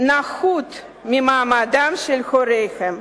נחות ממעמדם של הוריהם.